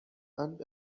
and